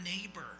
neighbor